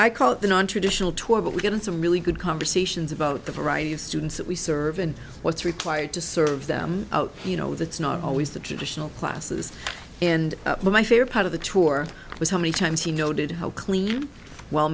i call it the nontraditional tour but we get in some really good conversations about the variety of students that we serve and what's required to serve them out you know that's not always the traditional classes and my favorite part of the tour was how many times he noted how clean well